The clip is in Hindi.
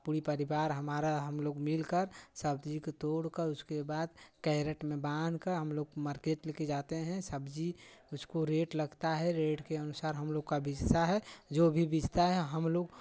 पूरी परिवार हमारा हमलोग मिल कर सब्जी को तोड़ कर उसके बाद कैरेट में बांध कर हमलोग मार्केट लेकर जाते हैं सब्जी उसको रेट लगता हैं रेट के अनुसार हमलोग का भी बिकता है जो भी बिकता है हमलोग